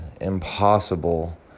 impossible